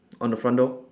on the front door